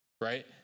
right